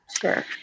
Sure